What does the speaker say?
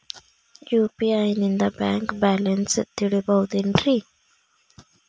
UPI ನಿಂದ bank balance ತಿಳಿಬಹುದೇನ್ರಿ?